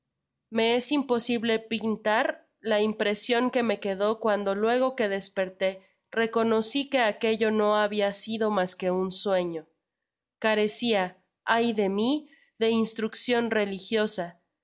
me es imposible pintar la impresion que me quedó cuando luego que desperté reconoci que aquello no habia sido mas que un sueño carecia jay de mi de instruccion religiosa